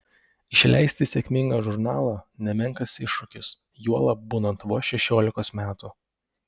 išleisti sėkmingą žurnalą nemenkas iššūkis juolab būnant vos šešiolikos metų